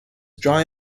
dry